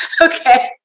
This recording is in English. okay